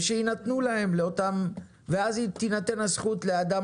ושיינתנו להם לאותם --- ואז תינתן הזכות לאדם